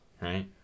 right